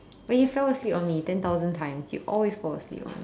when you fell asleep on me ten thousand times you always fall asleep on me